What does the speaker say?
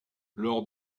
lors